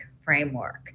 framework